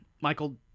Michael